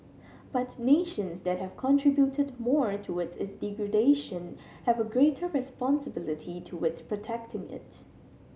but nations that have contributed more towards its degradation have a greater responsibility towards protecting it